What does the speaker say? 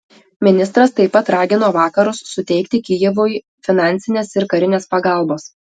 ministras taip pat ragino vakarus suteikti kijevui finansinės ir karinės pagalbos